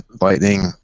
lightning